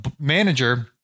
manager